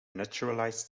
naturalized